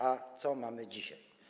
A co mamy dzisiaj?